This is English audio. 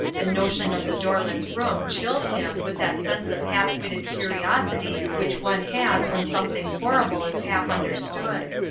the notion of the doorless room chilled him with that sense of half-witted curiosity which one has when something horrible is half understood.